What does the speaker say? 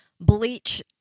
bleach